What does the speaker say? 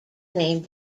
name